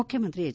ಮುಖ್ಯಮಂತ್ರಿ ಎಚ್